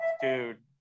dude